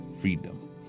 freedom